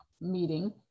meeting